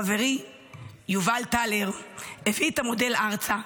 חברי יובל טלר הביא את המודל ארצה,